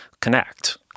connect